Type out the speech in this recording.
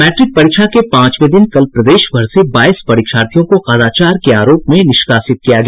matric परीक्षा के पांचवें दिन कल प्रदेश भर से बाईस परीक्षार्थियों को कदाचार के आरोप में निष्कासित किया गया